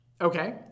Okay